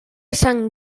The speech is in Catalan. sant